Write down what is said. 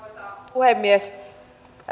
puhemies